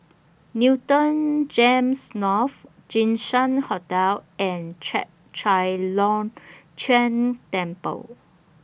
Newton Gems North Jinshan Hotel and Chek Chai Long Chuen Temple